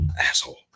Asshole